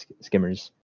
Skimmers